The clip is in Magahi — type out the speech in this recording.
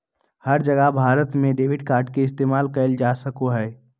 हर जगह भारत में डेबिट कार्ड के इस्तेमाल कइल जा सका हई